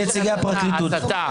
הציניות הזאת מכוערת.